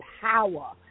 power